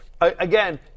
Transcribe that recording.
Again